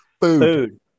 Food